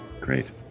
Great